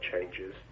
changes